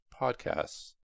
podcasts